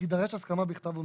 שתידרש הסכמה מכך ומראש.